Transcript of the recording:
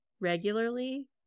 regularly